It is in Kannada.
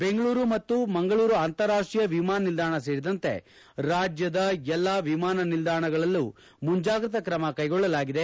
ದೆಂಗಳೂರು ಮತ್ತು ಮಂಗಳೂರು ಅಂತರಾಷ್ಷೀಯ ವಿಮಾನ ನಿಲ್ದಾಣ ಸೇರಿದಂತೆ ರಾಜ್ಞದ ಎಲ್ಲ ವಿಮಾನ ನಿಲ್ದಾಣಗಳಲ್ಲಿ ಮುಂಜಾಗ್ರತಾ ಕ್ರಮ ಕೈಗೊಳ್ಳಲಾಗಿದೆ